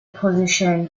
position